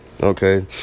Okay